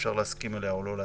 אפשר להסכים עליה או לא.